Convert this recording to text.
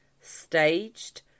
Staged